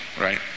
right